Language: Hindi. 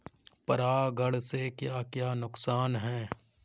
परागण से क्या क्या नुकसान हैं?